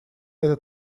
этот